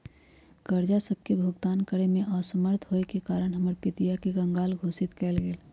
कर्जा सभके भुगतान करेमे असमर्थ होयेके कारण हमर पितिया के कँगाल घोषित कएल गेल